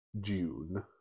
June